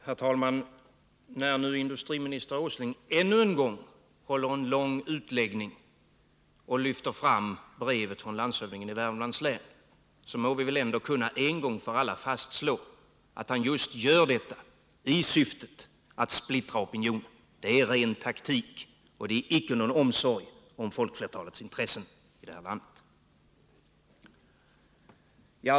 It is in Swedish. Herr talman! När nu industriminister Åsling ännu en gång håller en lång utläggning och lyfter fram brevet från landshövdingen i Värmlands län må vi väl en gång för alla kunna fastslå att han gör detta i syftet att splittra opinionen. Detta är ren taktik och icke någon omsorg om folkflertalets intressen.